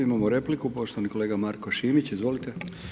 Imamo repliku, poštovani kolega Marko Šimić, izvolite.